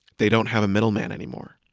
they don't have a middleman anymore.